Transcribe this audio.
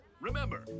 Remember